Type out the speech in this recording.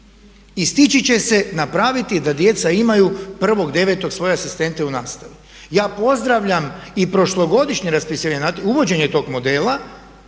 i stići će se napraviti da djeca imaju 1.9. svoje asistente u nastavi. Ja pozdravljam i prošlogodišnje raspisivanje natječaja,